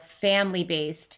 family-based